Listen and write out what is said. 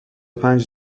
پنج